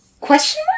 Question